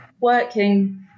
working